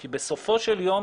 כי בסופו של יום